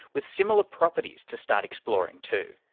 with similar properties to start exploring too.